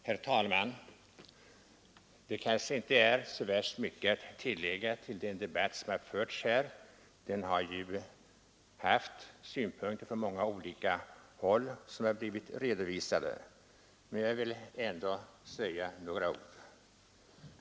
Herr talman! Det kanske inte är så mycket att tillägga till den debatt som har förts här — i den har ju redovisats många olika synpunkter — men jag vill ändå säga några ord.